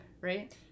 right